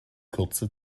kurze